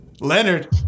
Leonard